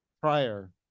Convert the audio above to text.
prior